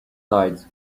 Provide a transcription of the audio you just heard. thighs